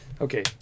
Okay